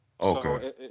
Okay